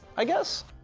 i guess,